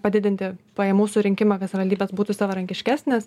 padidinti pajamų surinkimą kad savivaldybės būtų savarankiškesnės